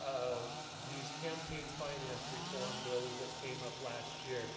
um these campaign finance reform bills that came up last year.